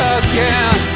again